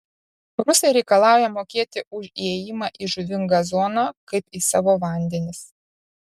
rusai reikalauja mokėti už įėjimą į žuvingą zoną kaip į savo vandenis